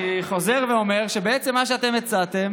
אני חוזר ואומר שבעצם מה שאתם הצעתם